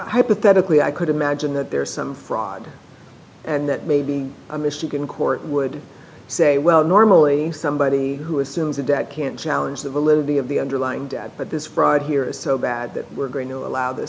hypothetically i could imagine that there is some fraud and that maybe a michigan court would say well normally somebody who assumes the debt can't challenge the validity of the underlying data but this fraud here is so bad that we're going to allow th